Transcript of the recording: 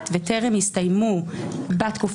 עד תום